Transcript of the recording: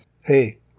Hey